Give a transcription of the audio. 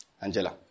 Angela